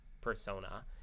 persona